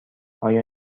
آیا